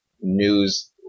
news